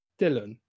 Dylan